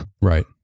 right